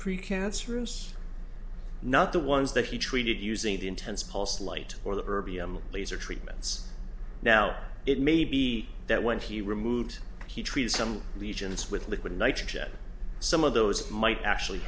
pre cancerous not the ones that he treated using the intense pulse light or the erbium laser treatments now it may be that when he removed he treated some lesions with liquid nitrogen some of those might actually